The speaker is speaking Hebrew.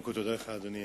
קודם כול, תודה לך, אדוני.